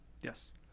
Yes